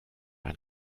ein